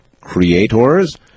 creators